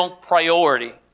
priority